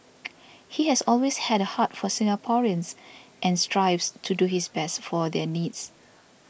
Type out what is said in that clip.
he has always had a heart for Singaporeans and strives to do his best for their needs